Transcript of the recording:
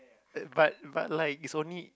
but but like is only